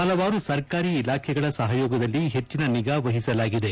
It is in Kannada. ಹಲವಾರು ಸರ್ಕಾರಿ ಇಲಾಖೆಗಳ ಸಹಯೋಗದಲ್ಲಿ ಹೆಚ್ಚಿನ ನಿಗಾ ವಹಿಸಲಾಗಿದೆ